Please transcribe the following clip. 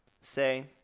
say